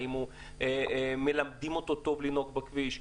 האם מלמדים אותו טוב לנהוג בכביש?